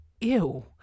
Ew